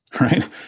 right